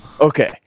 Okay